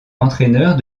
entraîneur